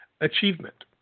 achievement